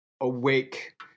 awake